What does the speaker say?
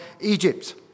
egypt